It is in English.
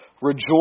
Rejoice